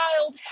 child